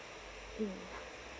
mm